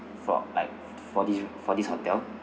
for like for this for this hotel